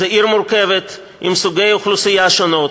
זאת עיר מורכבת, עם סוגי אוכלוסייה שונים.